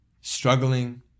struggling